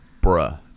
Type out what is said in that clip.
bruh